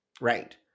Right